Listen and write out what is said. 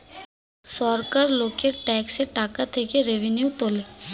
সরকার লোকের ট্যাক্সের টাকা থেকে রেভিনিউ তোলে